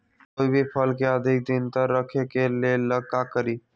कोई भी फल के अधिक दिन तक रखे के ले ल का करी?